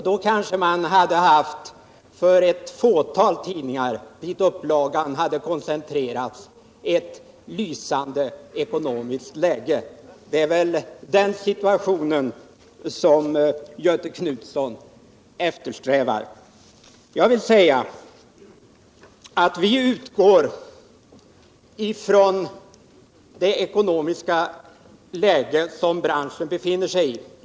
Då kanske ett fåtal tidningar, dit upplagan hade koncentrerats, hade haft ett lysande ekonomiskt läge. Det är väl den situationen som Göthe Knutson eftersträvar. Men vi utgår från det ekonomiska läge som branschen befinner sig i.